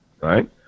Right